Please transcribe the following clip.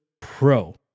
Pro